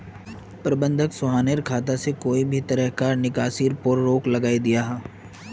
प्रबंधक सोहानेर खाता से कोए भी तरह्कार निकासीर पोर रोक लगायें दियाहा